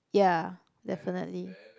ya definitely